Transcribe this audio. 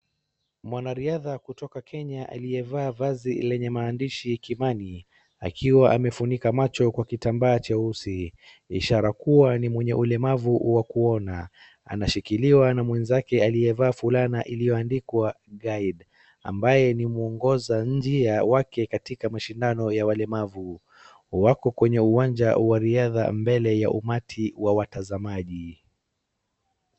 Mwanariadha kutoka Kenya aliyevaa shati yenye maandishi kimani akiwa amefunika macho kwa kitambaa cheusi ishara kuwa ni mwenye ulemavu wa kuona anashikwa mkono na guide